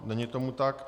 Není tomu tak.